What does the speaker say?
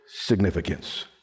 significance